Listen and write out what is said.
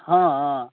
हँ हँ